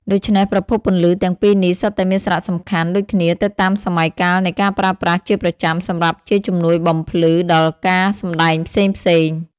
ដូច្នេះប្រភពពន្លឺទាំងពីរនេះសុទ្ធតែមានសារៈសំខាន់ដូចគ្នាទៅតាមសម័យកាលនៃការប្រើប្រាស់ជាប្រចាំសម្រាប់ជាជំនួយបំភ្លឺដល់ការសម្តែងផ្សេងៗ។